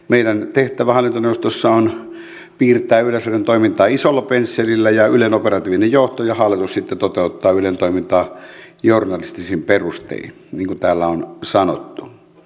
meidän tehtävämme hallintoneuvostossa on piirtää yleisradion toimintaa isolla pensselillä ja ylen operatiivinen johto ja hallitus sitten toteuttaa ylen toimintaa journalistisin perustein niin kuin täällä on sanottu